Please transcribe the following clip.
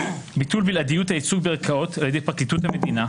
ביטול בלעדיות הייצוג בערכאות על-ידי פרקליטות המדינה,